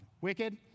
Wicked